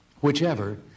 Whichever